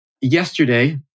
yesterday